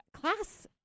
class